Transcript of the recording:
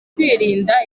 kwirinda